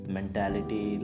Mentality